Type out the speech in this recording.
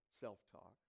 self-talk